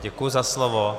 Děkuji za slovo.